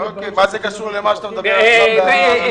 אלה דברים --- מה זה קשור למה שאתה מדבר עכשיו --- ינון,